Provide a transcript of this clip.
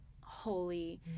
holy